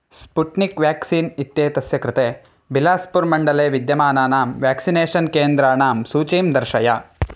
Sputnik vaccine इत्येतस्य कृते बिलास्पुर् मण्डले विद्यमानानां व्याक्सिनेषन् केन्द्राणां सूचीं दर्शय